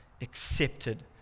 accepted